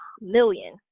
million